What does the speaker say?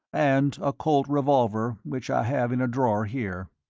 and a colt revolver which i have in a drawer here.